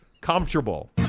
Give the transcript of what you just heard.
comfortable